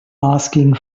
asking